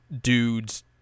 dudes